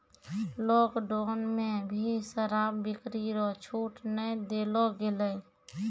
lockdown मे भी शराब बिक्री रो छूट नै देलो गेलै